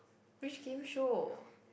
which game show